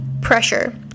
Pressure